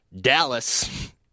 Dallas